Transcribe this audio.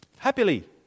Happily